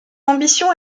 ambition